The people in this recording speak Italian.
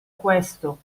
questo